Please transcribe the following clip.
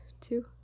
two